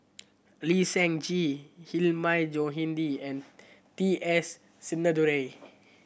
Lee Seng Gee Hilmi Johandi and T S Sinnathuray